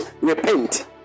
repent